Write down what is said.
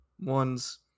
ones